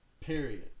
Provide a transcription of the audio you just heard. Period